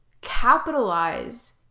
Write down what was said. capitalize